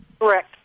Correct